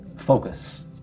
focus